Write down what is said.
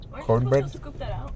cornbread